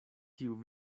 tiu